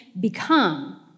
become